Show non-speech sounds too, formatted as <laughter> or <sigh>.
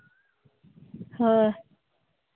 <unintelligible>